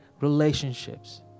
relationships